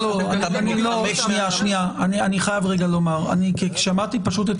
אבל אתה מתחמק --- אני חייב לומר אני שמעתי פשוט את